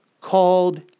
called